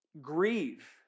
Grieve